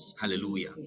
Hallelujah